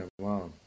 Wow